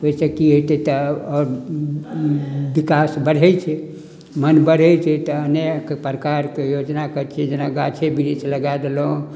ओहिसँ की हेतै तऽ विकास बढ़ै छै तऽ अनेक प्रकार के योजना करै छै जेनाकि गाछे बृक्ष लगा देलहुॅं